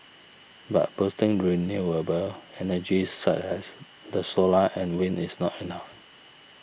but boosting renewable energy such as the solar and wind is not enough